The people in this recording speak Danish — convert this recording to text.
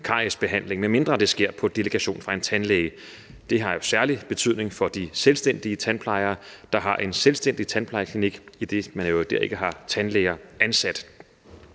cariesbehandling, medmindre det sker på delegation fra en tandlæge. Det har særlig betydning for de selvstændige tandplejere, der har en selvstændig tandplejeklinik, idet man i øvrigt ikke dér har tandlæger ansat.